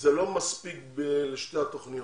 זה לא מספיק לשתי התוכניות,